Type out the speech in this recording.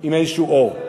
עם איזשהו אור.